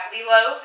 Lilo